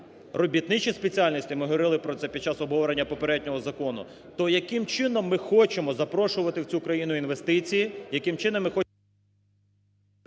робітничі спеціальності, ми говорили про це під час обговорення попереднього закону, то яким чином ми хочемо запрошувати в цю країну інвестиції, яким чином ми… ГОЛОВУЮЧИЙ. Будь ласка, хвилину,